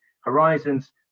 horizons